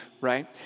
right